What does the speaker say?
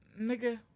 nigga